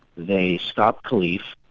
they stopped kalief,